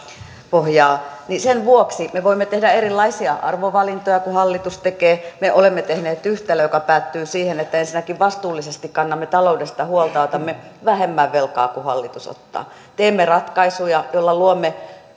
niin sen vuoksi me voimme tehdä erilaisia arvovalintoja kuin hallitus tekee me olemme tehneet yhtälön joka päättyy siihen että ensinnäkin vastuullisesti kannamme taloudesta huolta ja otamme vähemmän velkaa kuin hallitus ottaa teemme ratkaisuja joilla luomme